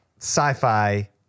sci-fi